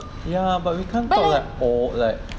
ya but we can't talk or like